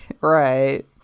right